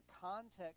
context